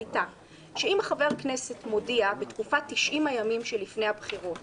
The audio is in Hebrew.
הייתה שאם חבר הכנסת מודיע בתקופת 90 הימים שלפני הבחירות